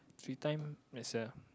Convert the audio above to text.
three times that's uh